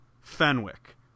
Fenwick